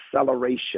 acceleration